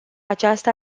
această